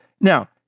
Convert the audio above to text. Now